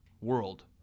world